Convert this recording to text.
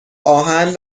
آهن